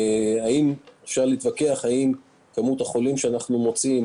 אפשר להתווכח האם מספר החולים שאנחנו מוצאים